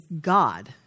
God